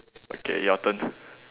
okay your turn